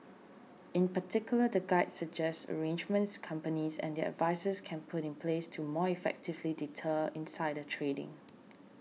in particular the guide suggests arrangements companies and their advisers can put in place to more effectively deter insider trading